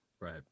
Right